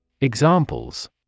Examples